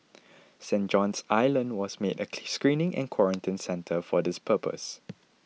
Saint John's Island was made a screening and quarantine centre for this purpose